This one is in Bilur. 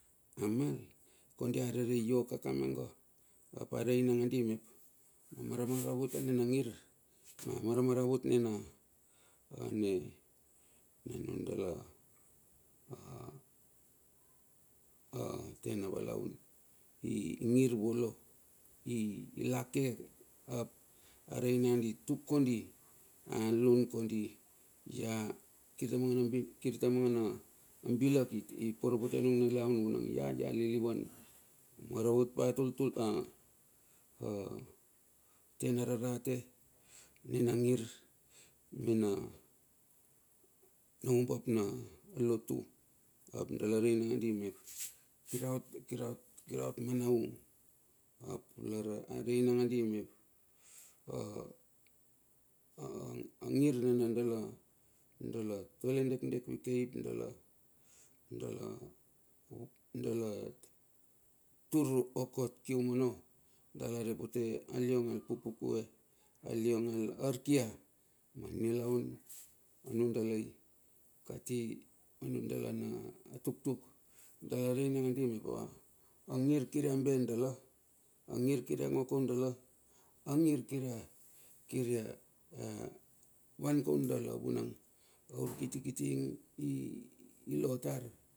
Amak kondi arerei io ka kamanga, ap arei nangadi mep amara maravut anina ngir mara maravut nina na nundala tena valaun ingir volo, ilake ap arei langadi tuk kondi alun kondi kirta mangana bilak i poro pote anung nilaun vunang ialilivan maravut pa tultul apa tena rarate nina ngir mena umbap na lotu ap dala rei nangadi mep kiraot kiraot, kiraot manaung ap arei nangadi mep angir na dala tole dek dek vikei ap dala tur okot kium ono re pote aliong al pupukue, aliong al arkia, ma nilaun nundalai kati ma mundala na tuktuk dala rei langandi mep angir kir ia be dala angir kiria be dala angir kir ia ngo kaun dala angir kir ia van kaun dala vunang aur kiti kiti ilo tar.